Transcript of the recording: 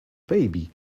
baby